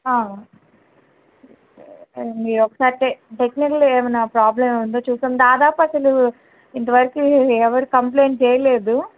ఈ ఒక్కసారికే టెక్నికల్గా ఏమైనా ప్రాబ్లమ్ ఏమి ఉందో చూస్తాము దాదాపు అసలు ఇంతవరకూ ఎవరూ కంప్లైంట్ చేయలేదు